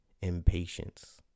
impatience